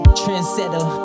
trendsetter